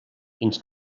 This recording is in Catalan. fins